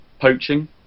poaching